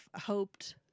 hoped